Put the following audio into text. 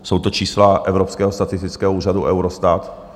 Jsou to čísla Evropského statistického úřadu, Eurostatu.